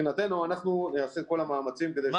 מבחינתנו אנחנו נעשה את כל המאמצים כדי שזה ייגמר